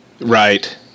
Right